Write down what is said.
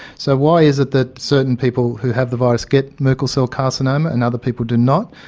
so why is it that certain people who have the virus get merkel cell carcinoma and other people do not?